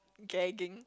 dragging